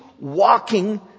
walking